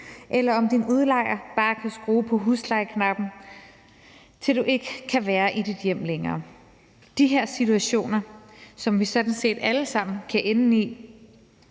eller om din udlejer bare kan skrue på huslejeknappen, til du ikke kan være i dit hjem længere. De her situationer, som vi sådan set alle sammen kan ende i,